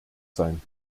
sein